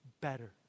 better